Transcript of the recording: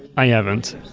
i haven't,